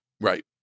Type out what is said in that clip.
Right